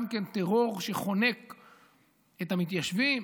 גם כן טרור שחונק את המתיישבים.